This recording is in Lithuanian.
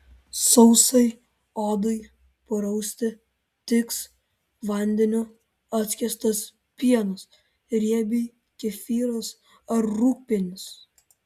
sausai odai prausti tiks vandeniu atskiestas pienas riebiai kefyras ar rūgpienis